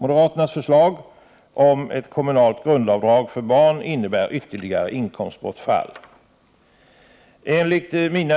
Moderaternas förslag om ett kommunalt grundavdrag för barn innebär ytterligare inkomstbortfall. Enligt mina